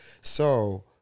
So-